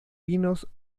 vinos